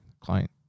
client